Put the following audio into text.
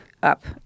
up